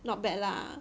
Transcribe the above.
not bad lah